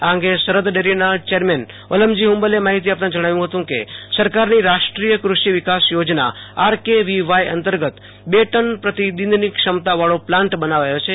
આ અંગે સરહદ ડેરીના ચેરમેન વાલમજી હુંબલ માહિતી આપતાં જણાવ્યું હત કે સરકારનો રાષ્ટ્રિય કૃષિ વિકાસ યોજના આર કે વી વાય અંતર્ગત બે ટન પ્રતિદિનની ક્ષમતાવાળો પ્લાન્ટ બનાવાયો છે